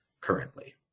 currently